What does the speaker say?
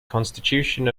constitution